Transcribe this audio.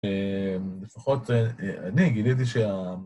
לפחות אני גיליתי שה...